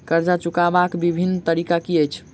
कर्जा चुकबाक बिभिन्न तरीका की अछि?